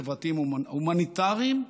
חברתיים והומניטריים,